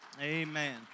Amen